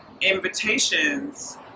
invitations